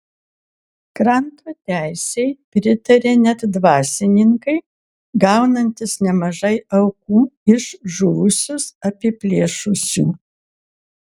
kranto teisei pritarė net dvasininkai gaunantys nemažai aukų iš žuvusius apiplėšusių